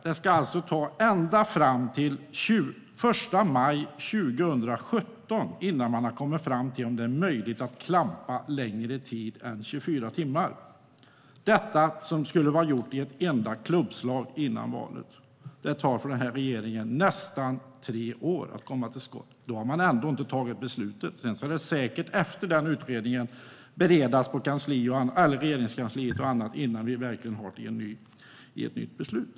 Det ska alltså ta ända fram till den 1 maj 2017 innan man har kommit fram till om det är möjligt att klampa längre tid än 24 timmar. Det som skulle vara gjort i ett enda klubbslag före valet tar nästan tre år för den här regeringen. Då har man ändå inte tagit beslutet. Efter den utredningen ska det säkert beredas på Regeringskansliet och på annat håll innan vi verkligen har ett nytt beslut.